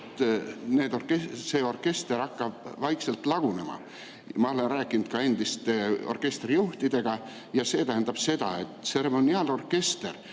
see orkester hakkab vaikselt lagunema. Ma olen rääkinud ka endiste orkestrijuhtidega. Et teha tseremoniaalorkestrit,